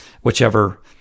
whichever